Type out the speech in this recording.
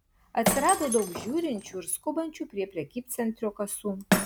atsirado daug žiūrinčių ir skubančių prie prekybcentrio kasų